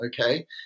okay